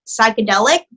psychedelic